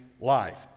life